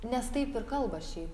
nes taip ir kalba šiaip